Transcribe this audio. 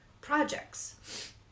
projects